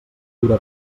dura